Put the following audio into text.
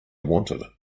wanted